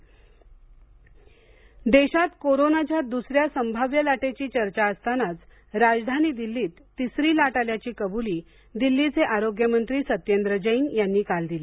corona Delhi देशात कोरोनाच्या दुसऱ्या संभाव्य लाटेची चर्चा असतानात राजधानी दिल्लीत तिसरी लाट आल्याची कबुली दिल्लीचे आरोग्यमंत्री सत्येंद्र जैन यांनी काल दिली